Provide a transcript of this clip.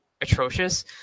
atrocious